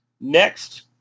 next